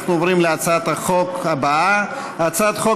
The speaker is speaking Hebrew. אנחנו עוברים להצעת החוק הבאה: הצעת חוק